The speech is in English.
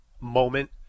moment